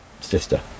sister